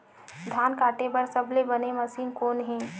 धान काटे बार सबले बने मशीन कोन हे?